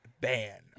ban